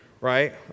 right